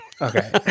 Okay